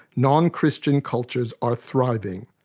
nonchristian cultures are thriving.